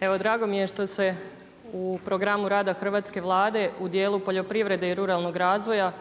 Evo drago mi je što se u programu rada hrvatske Vlade u dijelu poljoprivrede i ruralnog razvoja